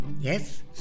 Yes